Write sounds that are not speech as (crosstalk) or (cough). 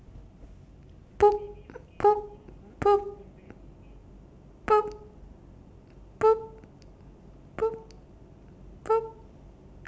(noise)